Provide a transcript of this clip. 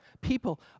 People